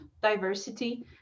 diversity